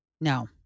No